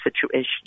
situation